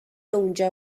اونجا